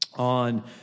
on